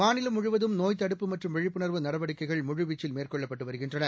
மாநிலம் முழுவதும் நோய் தடுப்பு மற்றும் விழிப்புணா்வு நடவடிக்கைகள் முழு வீச்சில் மேற்கொள்ளப்பட்டு வருகின்றன